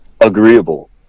agreeable